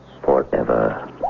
forever